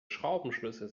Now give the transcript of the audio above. schraubenschlüssel